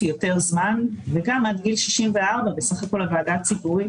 יותר זמן וגם עד גיל 64. בסך הכול הוועדה הציבורית,